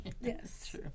Yes